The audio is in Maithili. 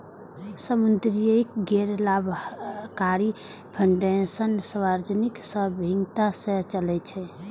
सामुदायिक गैर लाभकारी फाउंडेशन सार्वजनिक सहभागिता सं चलै छै